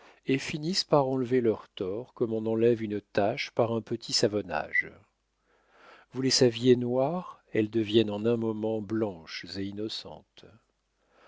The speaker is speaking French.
et finissent par enlever leurs torts comme on enlève une tache par un petit savonnage vous les saviez noires elles deviennent en un moment blanches et innocentes